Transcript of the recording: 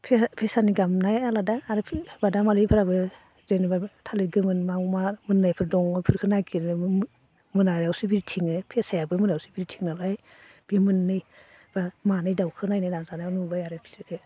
फेसा फेसानि गाबनाया आलादा आरो बादामालिफोराबो जेनेबा थालिर गोमोनाव मायाव मा मोननायफोर दङ इफोरखो नागिरो मोनायावसो बिरथिङो फेसायाबो मोनायावसो बिरथिङो नालाय बे मोननै बा मानै दाउखो नायनो नाजानायाव नुबाय आरो बिसोरखो